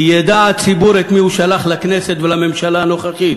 כי ידע הציבור את מי הוא שלח לכנסת ולממשלה הנוכחית.